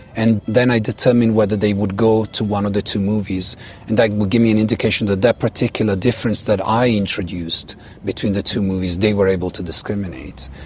and then i determined whether they would go to one of the two movies, and that would give me an indication that that particular difference that i introduced between the two movies they were able to discriminate.